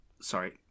sorry